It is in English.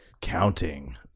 Counting